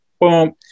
boom